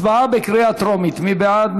הצבעה בקריאה טרומית, מי בעד?